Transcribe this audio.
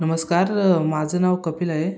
नमस्कार माझं नाव कपिल आहे